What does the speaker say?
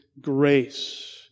grace